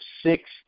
six